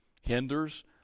hinders